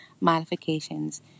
modifications